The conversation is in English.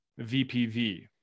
VPV